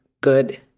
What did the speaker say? good